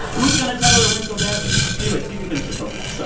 who's going to tell her it went so badly? anyway, so you can finish the quote now. so